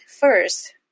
first